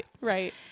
right